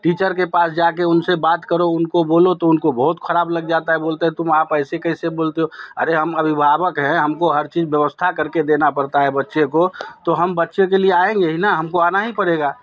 teacher के पास जा के उन से बात करो उनको बोलो तो उनको बहुत ख़राब लग जाता है बोलते हैं तुम आप ऐसे कैसे बोलते हो अरे हम अभिभावक हैं हम को हर चीज़ व्यवस्था कर के देना पड़ता है बच्चे को तो हम बच्चे के लिए आएंगे ना हम को आना ही पड़ेगा